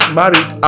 married